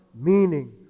meaning